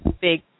big